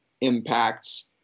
impacts